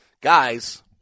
guys